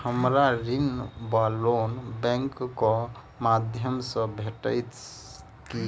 हमरा ऋण वा लोन बैंक केँ माध्यम सँ भेटत की?